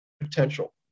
potential